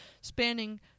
spanning